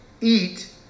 eat